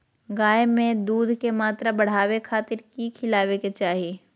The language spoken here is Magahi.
गाय में दूध के मात्रा बढ़ावे खातिर कि खिलावे के चाही?